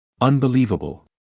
Unbelievable